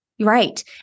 right